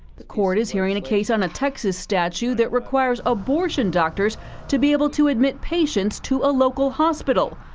the court is hearing a case on a texas statute that requires abortion doctors to be able to admit patients to a local hospital.